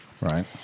Right